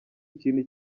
ikintu